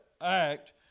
act